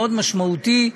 מאוד משמעותי,